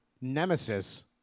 Nemesis